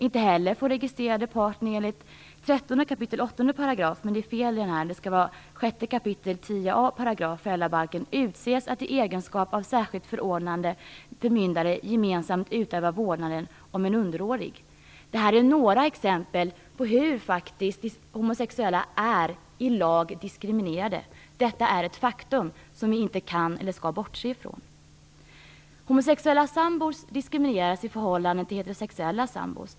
Inte heller får registrerade partner enligt 13 kap. 8 §"- detta är emellertid fel; det skall stå 6 kap. Det här är exempel på att homosexuella i lag faktiskt är diskriminerade. Detta är ett faktum som vi inte kan, och inte skall, bortse från. Homosexuella sambor diskrimineras i förhållande till heterosexuella sambor.